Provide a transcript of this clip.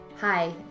hi